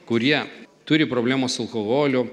kurie turi problemų su alkoholiu